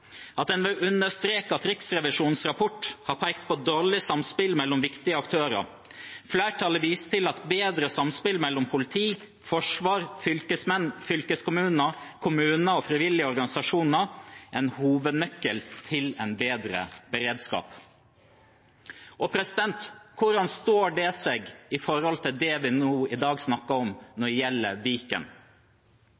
at en vil understreke at Riksrevisjonens rapport har pekt på dårlig samspill mellom viktige aktører. Flertallet viser også til at bedre samspill mellom politi, forsvar, fylkesmenn, fylkeskommuner, kommuner og frivillige organisasjoner er en hovednøkkel til en bedre beredskap. Hvordan står det seg i forhold til det vi nå i dag snakker om,